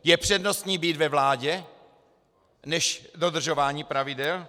Je přednostní být ve vládě než dodržování pravidel?